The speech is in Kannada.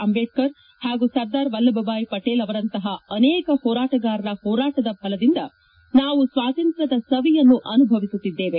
ಅಂಬೇಡ್ಕರ್ ಹಾಗೂ ಸರ್ದಾರ್ ವಲ್ಲಭ ಭಾಯಿ ಪಟೇಲ್ ಅವರಂತಹ ಅನೇಕ ಹೋರಾಟಗಾರರ ಹೋರಾಟದ ಫಲದಿಂದ ನಾವು ಸ್ವಾತಂತ್ರ್ಕದ ಸವಿಯನ್ನು ಅನುಭವಿಸುತ್ತಿದ್ದೇವೆ